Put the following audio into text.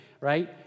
right